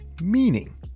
meaning